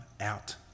out